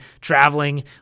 traveling